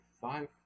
five